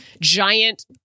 giant